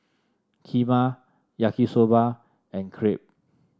Kheema Yaki Soba and Crepe